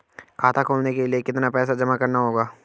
खाता खोलने के लिये कितना पैसा जमा करना होगा?